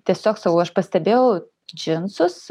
tiesiog sakau aš pastebėjau džinsus